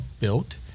built